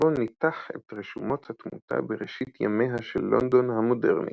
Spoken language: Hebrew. שבו ניתח את רשומות התמותה בראשית ימיה של לונדון המודרנית.